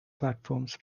platforms